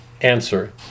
answer